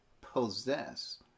possess